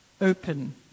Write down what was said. open